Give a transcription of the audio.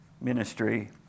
ministry